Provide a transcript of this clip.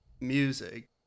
music